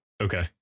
Okay